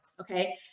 okay